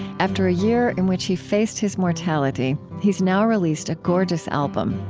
after a year in which he faced his mortality, he's now released a gorgeous album,